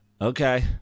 okay